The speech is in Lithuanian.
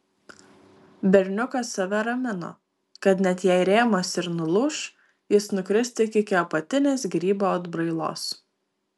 berniukas save ramino kad net jei rėmas ir nulūš jis nukris tik iki apatinės grybo atbrailos